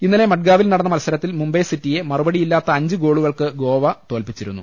ഇന്നലെ മഡ്ഗാവിൽ നടന്ന മത്സരത്തിൽ മുംബൈ സിറ്റിയെ മറുപടിയില്ലാത്ത അഞ്ച് ഗോളുകൾക്ക് ഗോവ തോൽപ്പിച്ചിരുന്നു